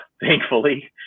thankfully